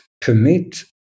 permit